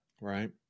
right